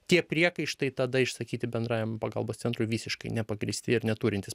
tie priekaištai tada išsakyti bendrajam pagalbos centrui visiškai nepagrįsti ir neturintys